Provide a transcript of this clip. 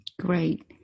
Great